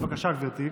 בבקשה, גברתי.